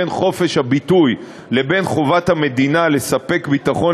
בין חופש הביטוי לבין חובת המדינה לספק ביטחון